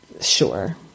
Sure